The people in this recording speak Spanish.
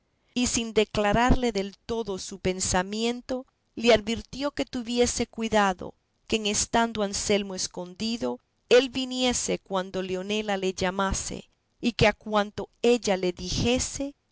y sin declararle del todo su pensamiento le advirtió que tuviese cuidado que en estando anselmo escondido él viniese cuando leonela le llamase y que a cuanto ella le dijese le